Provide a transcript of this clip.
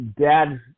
dad